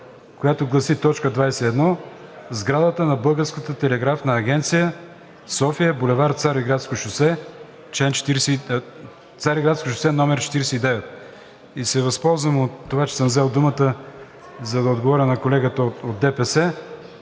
т. 21: „21. Сградата на Българската телеграфна агенция – София, бул. „Цариградско шосе“ 49“.“ И се възползвам от това, че съм взел думата, за да отговоря на колегата от ДПС,